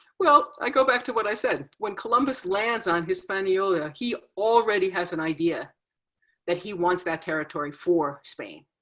well i go back to what i said. when columbus lands on hispaniola, he already has an idea that he wants that territory for spain.